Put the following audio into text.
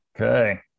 Okay